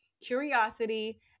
curiosity